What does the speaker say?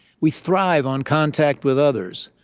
we thrive on contact with others.